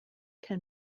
can